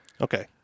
Okay